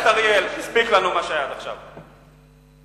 אני רוצה להגיד את המשפט שלי,